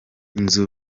inzu